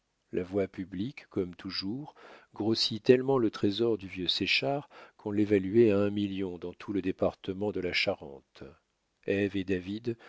la voix publique comme toujours grossit tellement le trésor du vieux séchard qu'on l'évaluait à un million dans tout le département de la charente ève et david